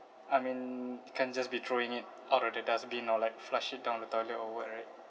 I mean can't just be throwing it out of the dustbin or like flush it down the toilet or what right